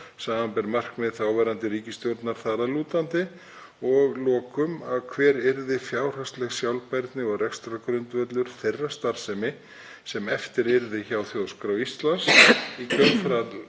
sbr. markmið þáverandi ríkisstjórnar þar að lútandi, og að lokum hver yrði fjárhagsleg sjálfbærni og rekstrargrundvöllur þeirrar starfsemi sem eftir yrði hjá Þjóðskrá Íslands í kjölfar